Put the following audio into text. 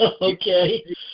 Okay